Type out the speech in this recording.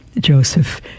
Joseph